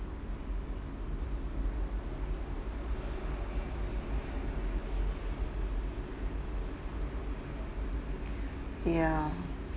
yeah